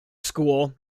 school